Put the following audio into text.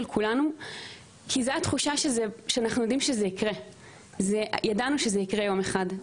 כולנו כי ידענו שהמקרה הזה יקרה יום אחד.